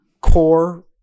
core